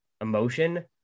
emotion